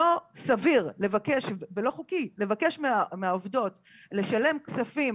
לא סביר לבקש ולא חוקי לבקש מהעובדות לשלם כספים